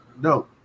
no